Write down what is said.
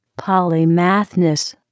polymathness